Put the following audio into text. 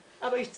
אבא איש צבא,